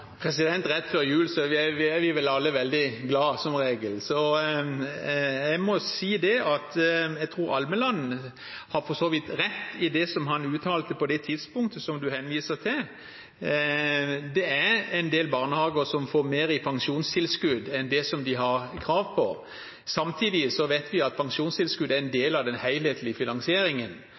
Rett før jul er vi vel alle veldig glade, som regel. Jeg må si at jeg tror Almeland for så vidt har rett i det han uttalte på det tidspunktet representanten henviser til. Det er en del barnehager som får mer i pensjonstilskudd enn de har krav på. Samtidig vet vi at pensjonstilskudd er en del av den helhetlige finansieringen.